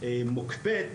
מוקפאת.